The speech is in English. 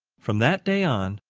from that day on,